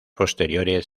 posteriores